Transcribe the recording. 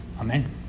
Amen